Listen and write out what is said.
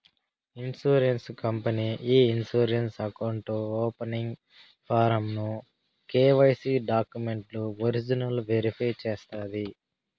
insurance company ఈ insurance account opening form ను KYC డాక్యుమెంట్లు ఒరిజినల్ వెరిఫై చేస్తాది